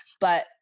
But-